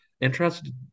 interested